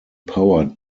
powered